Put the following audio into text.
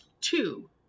two